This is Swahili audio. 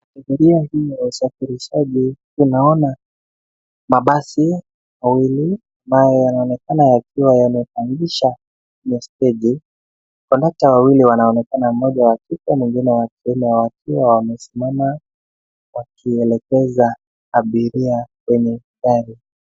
Tamdhilia hii ya usafirishaji tunaona mabasi mawili ambayo yanaonekana yakiwa yamepangisha kwenye steji. Kondakta wawili wanaonekana; mmoja wa kike, mwingine wa kiume wakiwa wamesimama wakielekeza abiria kwenye gari.